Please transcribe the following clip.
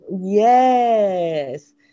Yes